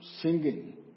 singing